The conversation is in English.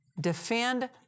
defend